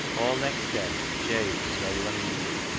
all next day jabe was very uneasy.